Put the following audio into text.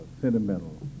sentimental